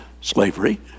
slavery